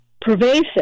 pervasive